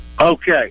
okay